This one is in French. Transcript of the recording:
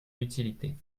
utilité